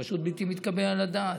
זה פשוט בלתי מתקבל על הדעת.